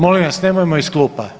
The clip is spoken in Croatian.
Molim vas nemojmo iz klupa!